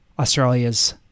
Australia's